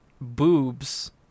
boobs